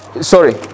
sorry